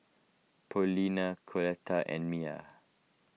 Paulina Coletta and Mia